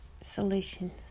solutions